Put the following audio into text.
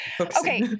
Okay